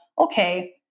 Okay